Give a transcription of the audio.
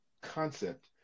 concept